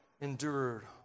endured